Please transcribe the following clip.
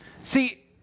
See